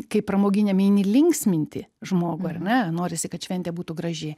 kaip pramoginiam eini linksminti žmogų ar ne norisi kad šventė būtų graži